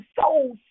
soul